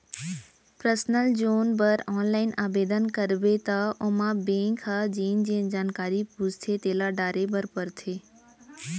personal जोन बर online आबेदन करबे त ओमा बेंक ह जेन जेन जानकारी पूछथे तेला डारे बर परथे